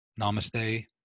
Namaste